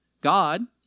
God